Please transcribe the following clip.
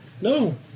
No